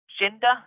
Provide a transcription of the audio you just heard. gender